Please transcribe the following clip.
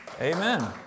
Amen